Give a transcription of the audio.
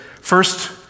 First